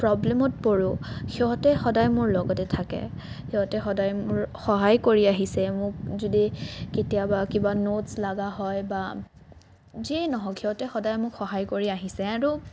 প্ৰব্লেমত পৰোঁ সিহঁতে সদায় মোৰ লগতে থাকে সিহঁতে সদায় মোৰ সহায় কৰি আহিছে মোক যদি কেতিয়াবা কিবা নোট্ছ লগা হয় বা যিয়েই নহওক সিহঁতে সদায় মোক সহায় কৰি আহিছে আৰু